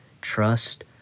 trust